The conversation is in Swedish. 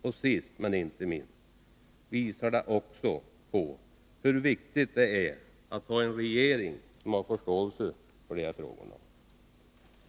Och sist, men inte minst, visar det också på hur viktigt det är att ha en regering som har förståelse för dessa frågor.